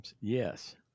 Yes